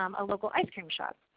um a local ice cream shop.